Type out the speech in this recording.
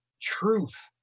truth